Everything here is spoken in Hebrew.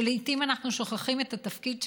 שלעיתים אנחנו שוכחים את התפקיד שלנו,